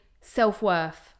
self-worth